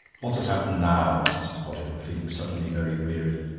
what has happened now? asked mr. bodiham, feeling suddenly very weary.